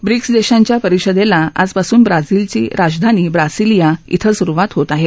BRICS देशाख्या परिषदेला आजपासून ब्राझीलची राजधानी ब्रासिलीया इथक्विरूवात होत आहे